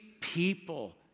people